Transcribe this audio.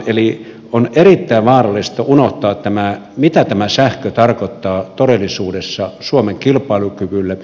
eli on erittäin vaarallista unohtaa mitä tämä sähkö tarkoittaa todellisuudessa suomen kilpailukyvylle